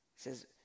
Says